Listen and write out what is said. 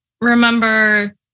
Remember